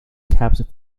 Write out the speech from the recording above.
capped